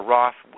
Roth